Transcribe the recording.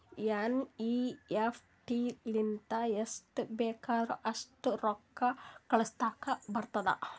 NEFT ಲಿಂತ ಎಸ್ಟ್ ಬೇಕ್ ಅಸ್ಟ್ ರೊಕ್ಕಾ ಕಳುಸ್ಲಾಕ್ ಬರ್ತುದ್